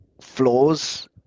flaws